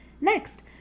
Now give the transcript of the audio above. Next